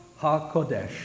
HaKodesh